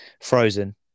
frozen